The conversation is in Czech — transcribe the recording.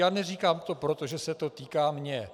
A neříkám to proto, že se to týká mě.